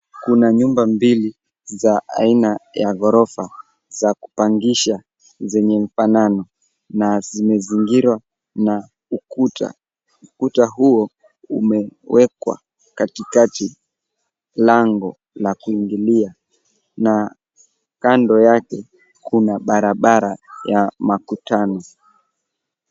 Kuna nyumba mbili za aina ya ghorofa za kupangisha zenye mfanano na zimezingirwa na ukuta. Ukuta huo umewekwa katikati lango la kuingilia na kando yake kuna barabara ya makutano.